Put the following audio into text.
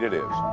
is